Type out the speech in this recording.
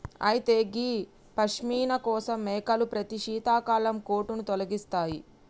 అయితే గీ పష్మిన కోసం మేకలు ప్రతి శీతాకాలం కోటును తొలగిస్తాయి